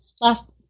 last –